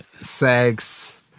Sex